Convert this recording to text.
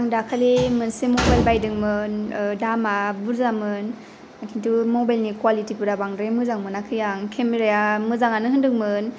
आं दाखालि मोनसे मबाइल बायदोंमोन दामा बुरजामोन खिनथु मबाइलनि कुवालिटिफोरा बांद्राय मोजां मोनाखै आं केमेराया मोजाङानो होनदोंमोन